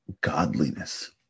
godliness